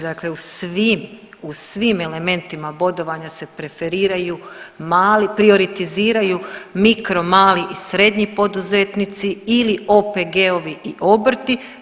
Dakle, u svim, u svim elementima bodovanja se preferiraju mali prioritiziraju mikro, mali i srednji poduzetnici ili OPG-ovi i obrti.